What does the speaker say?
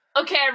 Okay